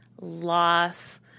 loss